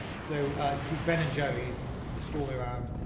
so if you see ben and jerry's and the story around